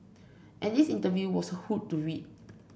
and this interview was a hoot to read